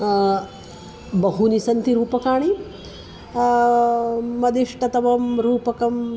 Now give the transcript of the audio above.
बहूनि सन्ति रूपकाणि मदिष्टतमं रूपकं